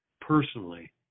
personally